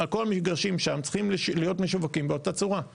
כל המגרשים שם צריכים להיות משווקים באותה צורה.